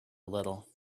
little